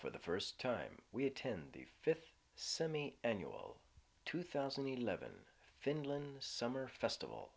for the first time we attend the fifth semi annual two thousand and eleven finland summer festival